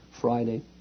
Friday